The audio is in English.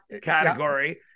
category